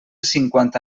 cinquanta